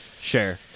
sure